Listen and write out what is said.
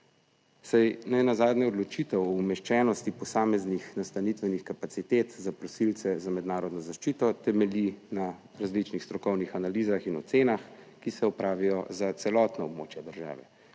saj nenazadnje odločitev o umeščenosti posameznih nastanitvenih kapacitet za prosilce za mednarodno zaščito temelji na različnih strokovnih analizah in ocenah, ki se opravijo za celotno območje države